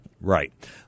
Right